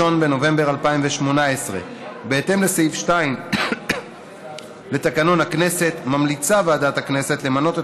1 בנובמבר 2018. בהתאם לסעיף 2 לתקנון הכנסת ממליצה ועדת הכנסת למנות את